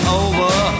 over